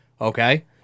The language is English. Okay